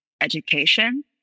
education